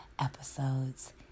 episodes